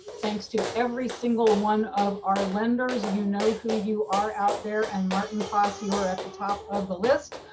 thanks to every single one of our lenders. you know who you are out there and martin foss you're at the top of the list.